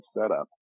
setup